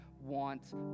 wants